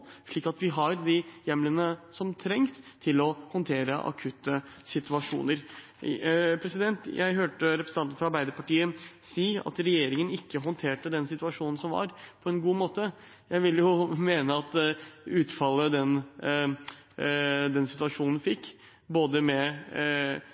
slik at vi har de hjemlene som trengs for å håndtere akutte situasjoner. Jeg hørte representanten fra Arbeiderpartiet si at regjeringen ikke håndterte situasjonen som var, på en god måte. Jeg vil mene at utfallet den situasjonen